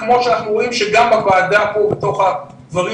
כמו שאנחנו רואים שגם בוועדה ובתוך הדברים